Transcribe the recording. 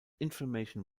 inflammation